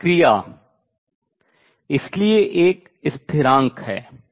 और क्रिया इसलिए एक स्थिरांक है